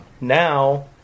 Now